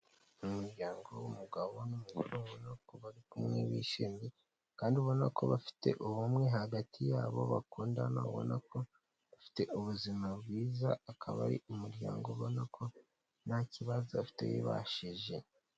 Umuryango w'umugabo n'umugore ubona ko bari kumwe bishimye, kandi ubona ko bafite ubumwe hagati y'abo bakundana abona ko afite ubuzima bwiza, akaba ari umuryango ubona ko nta kibazo bafite bibashije.